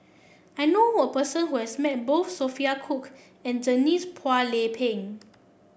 I know a person who has met both Sophia Cooke and Denise Phua Lay Peng